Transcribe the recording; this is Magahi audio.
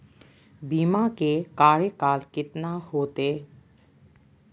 बीमा के कार्यकाल कितना होते?